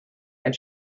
and